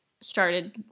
started